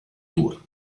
tour